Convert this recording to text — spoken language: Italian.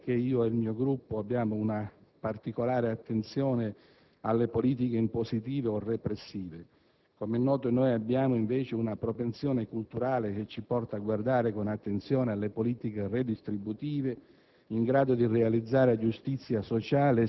Presidente, ho voluto ricordare tutto ciò non perché io e il mio Gruppo abbiamo una particolare attenzione alle politiche impositive o repressive; come è noto noi abbiamo invece una propensione culturale che ci porta a guardare con attenzione alle politiche redistributive